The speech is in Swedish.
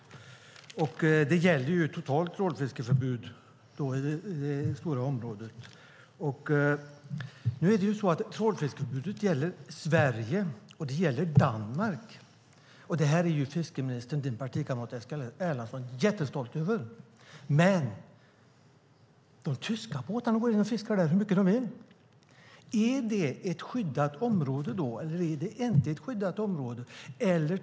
Och det gäller totalt trålfiskeförbud i det stora området. Trålfiskeförbudet gäller Sverige, och det gäller Danmark. Det här är fiskeministern, din partikamrat Eskil Erlandsson, jättestolt över. Men de tyska båtarna går in och fiskar där så mycket de vill. Är det då ett skyddat område? Eller är det inte ett skyddat område?